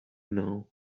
now